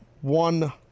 one